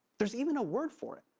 there's even a word for it.